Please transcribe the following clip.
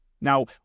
Now